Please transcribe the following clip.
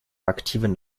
aktiven